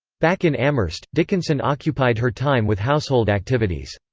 back in amherst, dickinson occupied her time with household activities.